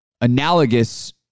analogous